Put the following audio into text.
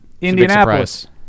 Indianapolis